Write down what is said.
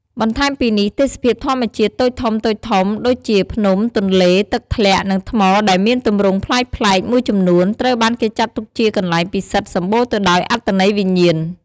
បន្ថែមពីនេះ ទេសភាពធម្មជាតិតូចធំៗ ដូចជា ភ្នំ ទន្លេ ទឹកធ្លាក់ និងថ្មដែលមានទម្រង់ប្លែកៗ មួយចំនួន ត្រូវបានគេចាត់ទុកជាកន្លែងពិសិដ្ឋសម្បូរទៅដោយអត្ថន័យវិញ្ញាណ។